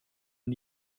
man